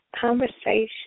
conversation